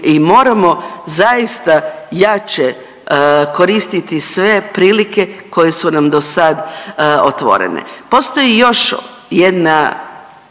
I moramo zaista jače koristiti sve prilike koje su nam dosad otvorene. Postoji još jedna